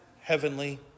heavenly